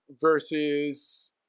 versus